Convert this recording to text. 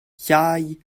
llai